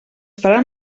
faran